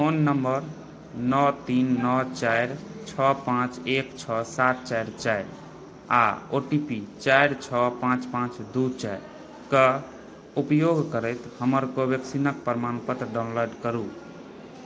phone number नओ तीन नओ चारि छओ पाँच एक छओ सात चारि चारि आ ओ टी पी चारि छओ पाँच पाँच दू चारिकऽ उपयोग करैत हमर कोवैक्सीनक प्रमाणपत्र डाउनलोड करु